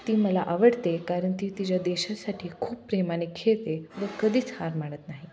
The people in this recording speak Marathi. ती मला आवडते कारण ती तिच्या देशासाठी खूप प्रेमाने खेळते व कधीच हार मानत नाही